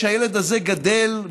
כשהילד הזה גדל,